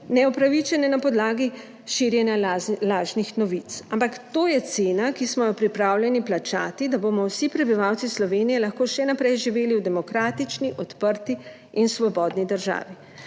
neupravičene na podlagi širjenja lažnih novic, ampak to je cena, ki smo jo pripravljeni plačati, da bomo vsi prebivalci Slovenije lahko še naprej živeli v demokratični, odprti in svobodni državi.